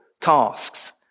tasks